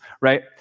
right